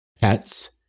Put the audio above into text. Pets